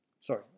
Sorry